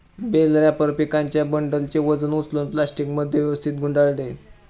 bell wrapper पिकांच्या बंडलचे वजन उचलून प्लास्टिकमध्ये व्यवस्थित गुंडाळते